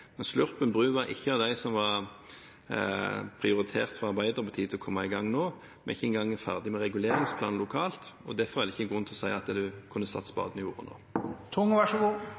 men Sluppen bru var ikke av de prosjektene som var prioritert fra Arbeiderpartiet med hensyn til å komme i gang nå. Vi er ikke engang ferdig med reguleringsplanen lokalt, og derfor er det ikke noen grunn til å si at en kunne satse på alt en gjorde nå.